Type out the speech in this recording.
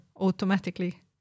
automatically